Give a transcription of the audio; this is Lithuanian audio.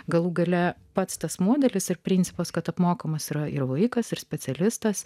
galų gale pats tas modelis ir principas kad apmokamas yra ir vaikas ir specialistas